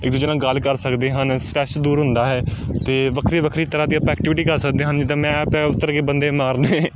ਇੱਕ ਦੂਜੇ ਨਾਲ ਗੱਲ ਕਰ ਸਕਦੇ ਹਨ ਸਟ੍ਰੈੱਸ ਦੂਰ ਹੁੰਦਾ ਹੈ ਅਤੇ ਵੱਖਰੇ ਵੱਖਰੇ ਤਰ੍ਹਾਂ ਦੀਆਂ ਆਪਾਂ ਐਕਟੀਵਿਟੀ ਕਰ ਸਕਦੇ ਹਨ ਜਿੱਦਾਂ ਮੈਪ ਹੈ ਉੱਤਰ ਕੇ ਬੰਦੇ ਮਾਰਨੇ